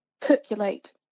percolate